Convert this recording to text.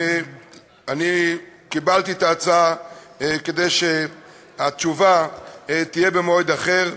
אני קיבלתי את ההצעה שהתשובה תהיה במועד אחר,